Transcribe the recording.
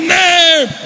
name